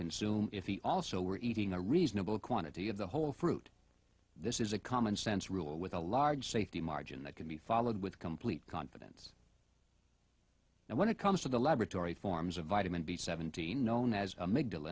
consume if he also were eating a reasonable quantity of the whole fruit this is a common sense rule with a large safety margin that can be followed with complete confidence and when it comes to the laboratory forms of vitamin b seventeen known as a m